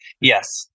Yes